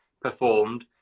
performed